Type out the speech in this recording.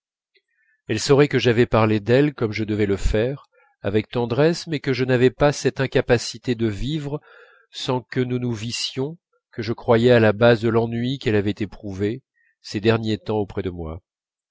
gilberte saurait que j'avais parlé d'elle comme je devais le faire avec tendresse mais que je n'avais pas cette incapacité de vivre sans que nous nous vissions que je croyais à la base de l'ennui qu'elle avait éprouvé ces derniers temps auprès de moi